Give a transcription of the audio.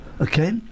Okay